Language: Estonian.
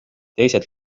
teised